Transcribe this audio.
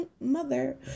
mother